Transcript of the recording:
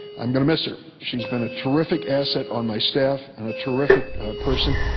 i'm going to miss her. she has been a terrific asset on my staff and a terrific person.